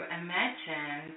imagine